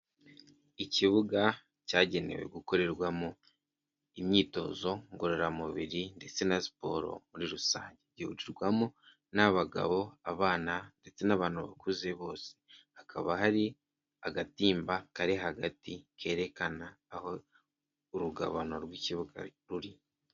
Ikibuga cyagenewe gukorerwamo imyitozo ngororamubiri ndetse na siporo muri rusange gihurirwamo n'abagabo abana ndetse n'abantu bakuze bose hakaba hari agatimba kari hagati kerekana aho urugabano rw'ikibuga ruri.